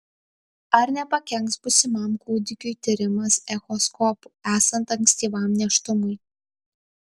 ar nepakenks būsimam kūdikiui tyrimas echoskopu esant ankstyvam nėštumui